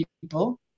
people